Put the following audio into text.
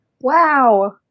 Wow